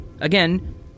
Again